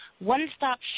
One-stop